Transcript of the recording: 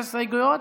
את ההסתייגויות?